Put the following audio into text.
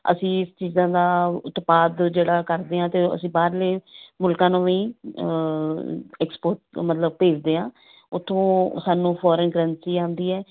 ਅਸੀਂ ਇਸ ਚੀਜ਼ਾਂ ਦਾ ਉਤਪਾਦ ਜਿਹੜਾ ਕਰਦੇ ਹਾਂ ਅਤੇ ਅਸੀਂ ਬਾਹਰਲੇ ਮੁਲਕਾਂ ਨੂੰ ਵੀ ਐਕਸਪੋਟ ਮਤਲਬ ਭੇਜਦੇ ਹਾਂ ਉੱਥੋਂ ਸਾਨੂੰ ਫੋਰਨ ਕਰੰਸੀ ਆਉਂਦੀ ਹੈ